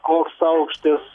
koks aukštis